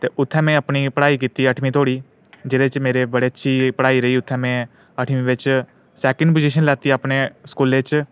ते उत्थै में अपनी पढाई कीती अठमीं धोडी जेह्दे च मेरा बड़ी अच्छी पढाई रेही उत्थै में अठमीं बिच सैक्न पोजिशन लैती अपने स्कूलै च